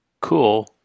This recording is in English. cool